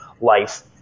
life